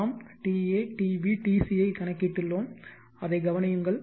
நாம் ta tb tc ஐ கணக்கிட்டுள்ளோம் அதை கவனியுங்கள்